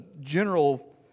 general